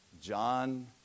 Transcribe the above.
John